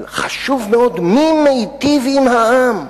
אבל חשוב מאוד מי מיטיב עם העם.